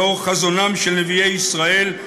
לאור חזונם של נביאי ישראל,